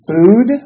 Food